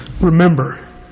remember